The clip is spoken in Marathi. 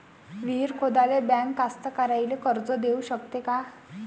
विहीर खोदाले बँक कास्तकाराइले कर्ज देऊ शकते का?